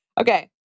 Okay